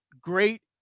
Great